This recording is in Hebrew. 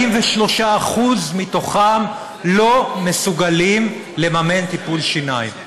43% מהם לא מסוגלים לממן טיפול שיניים,